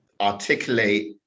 articulate